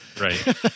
Right